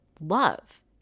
love